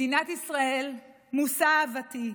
מדינת ישראל, מושא אהבתי,